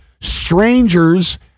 strangers